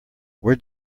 where